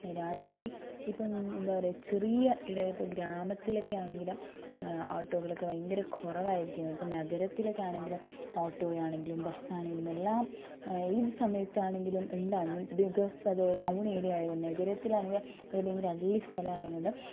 രാത്രി ഇപ്പം എന്താ പറയാ ചെറിയ ഇടയ ഇപ്പോൾ ഗ്രാമത്തിലൊക്കെയാണെങ്കിൽ ഓട്ടോകളൊക്കെ ഭയങ്കര കുറവായിരിക്കും ഇപ്പോൾ നഗരത്തിലൊക്കെയാണെങ്കിൽ ഓട്ടോ ആണെങ്കിലും ബസ് ആണേലും എല്ലാം ഏത് സമയത്താണെങ്കിലും ഉണ്ടാവും ബികോസ് അത് ടൌൺ ഏരിയ ആയതുകൊണ്ട് നഗരത്തിലാണെങ്കിൽ അത് ഭയങ്കര അൺലി സ്ഥലം ആയതുകൊണ്ട്